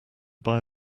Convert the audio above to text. buy